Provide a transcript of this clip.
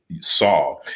Saw